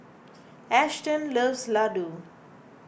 Ashton loves Ladoo